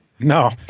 No